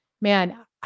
Man